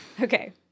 Okay